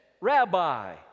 Rabbi